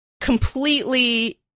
completely